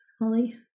Molly